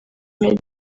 media